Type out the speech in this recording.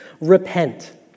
repent